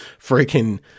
freaking